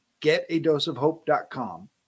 getadoseofhope.com